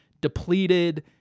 depleted